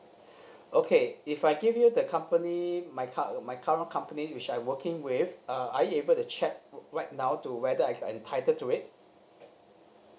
okay if I give you the company my cur~ my current company which I working with uh are you able to check right now to whether I I entitled to it